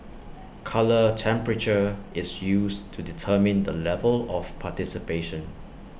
colour temperature is used to determine the level of participation